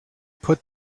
put